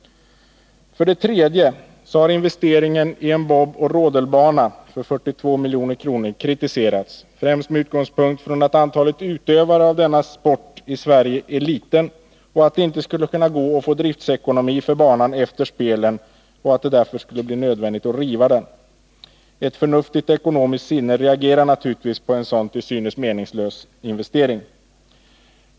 För det tredje har investeringen i en boboch rodelbana för 42 milj.kr. kritiserats, främst med utgångspunkt från att antalet utövare av dessa sporter i Sverige är så litet att det inte skulle kunna gå att få driftekonomi för banan efter spelen och att det därför skulle bli nödvändigt att riva den. Ett förnuftigt ekonomiskt sinne reagerar naturligtvis mot en sådan till synes meningslös investering.